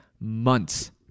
months